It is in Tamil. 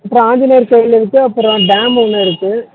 அப்பறம் ஆஞ்சநேயர் கோவில் இருக்கு அப்புறம் டாம் ஒன்று இருக்கு